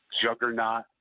juggernaut